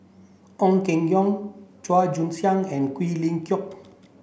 Ong Keng Yong Chua Joon Siang and Quek Ling Kiong